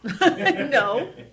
No